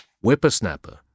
Whippersnapper